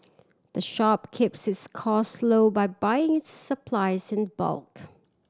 the shop keeps its cost low by buying its supplies in bulk